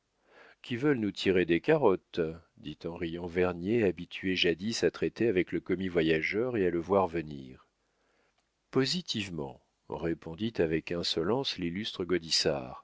qui veulent nous tirer des carottes dit en riant vernier habitué jadis à traiter avec le commis-voyageur et à le voir venir positivement répondit avec insolence l'illustre